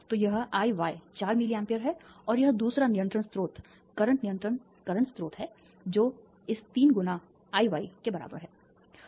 तो यह Iy चार मिलीए है और यह दूसरा नियंत्रण स्रोत वर्तमान नियंत्रण वर्तमान स्रोत है जो इस 3 गुना I y है